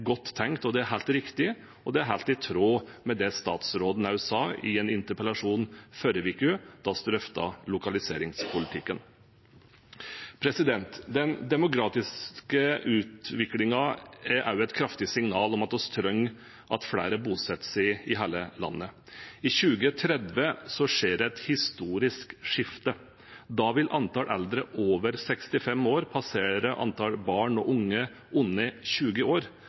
godt tenkt, det er helt riktig, og det er helt i tråd med det statsråden også sa i en interpellasjon i forrige uke, da vi drøftet lokaliseringspolitikken. Den demografiske utviklingen er også et kraftig signal om at vi trenger at flere bosetter seg i hele landet. I 2030 skjer det et historisk skifte. Da vil antall eldre over 65 år passere antall barn og unge under 20 år. SSB sier at gapet vil vokse. Antall eldre over 80 år